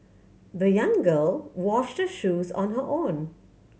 the young girl washed the shoes on her own